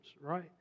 Right